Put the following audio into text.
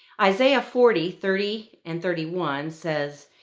isaiah forty thirty and thirty one, says,